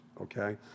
okay